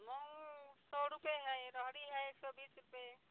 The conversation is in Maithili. मूंग सए रुपैए हइ राहरि हइ एक सए बीस रुपैए